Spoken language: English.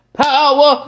power